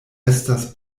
estas